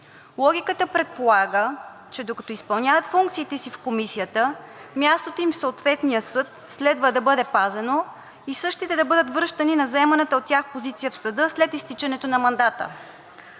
Логиката предполага, че докато изпълняват функциите си в Комисията, мястото им в съответния съд следва да бъде пазено и същите да бъдат връщани на заеманата от тях позиция в съда след изтичането на мандата.